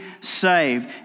saved